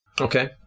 Okay